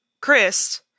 Chris